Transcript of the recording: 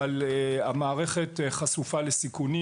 אבל המערכת חשופה לסיכונים.